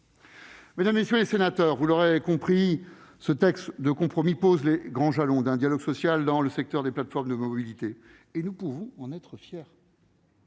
Mesdames, messieurs les sénateurs, vous l'aurez compris, ce texte de compromis pose les jalons d'un dialogue social dans le secteur des plateformes de mobilité. Nous pouvons en être fiers.